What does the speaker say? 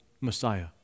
Messiah